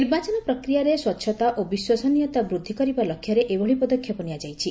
ନିର୍ବାଚନ ପ୍ରକ୍ରିୟାରେ ସ୍ୱଚ୍ଛତା ଓ ବିଶ୍ୱସନୀୟତା ବୃଦ୍ଧି କରିବା ଲକ୍ଷ୍ୟରେ ଏଭଳି ପଦକ୍ଷେପ ନିଆଯାଇଛି